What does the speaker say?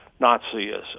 Nazism